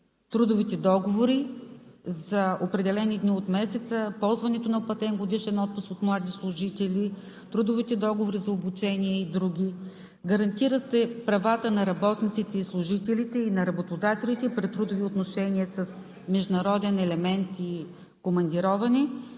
трудовите договори за определени дни от месеца; ползването на платен годишен отпуск от млади служители; трудовите договори за обучение и други; гарантират се правата на работниците и служителите и на работодателите при трудови отношения с международен елемент и командироване;